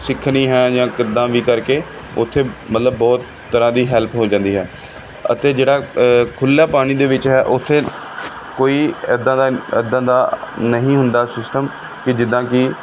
ਸਿੱਖਣੀ ਹੈ ਜਾਂ ਕਿੱਦਾਂ ਵੀ ਕਰਕੇ ਉੱਥੇ ਮਤਲਬ ਬਹੁਤ ਤਰ੍ਹਾਂ ਦੀ ਹੈਲਪ ਹੋ ਜਾਂਦੀ ਹੈ ਅਤੇ ਜਿਹੜਾ ਖੁੱਲ੍ਹਾ ਪਾਣੀ ਦੇ ਵਿੱਚ ਹੈ ਉੱਥੇ ਕੋਈ ਇੱਦਾਂ ਦਾ ਇੱਦਾਂ ਦਾ ਨਹੀਂ ਹੁੰਦਾ ਸਿਸਟਮ ਕਿ ਜਿੱਦਾਂ ਕਿ